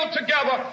together